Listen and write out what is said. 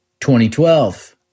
2012